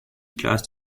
class